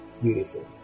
Beautiful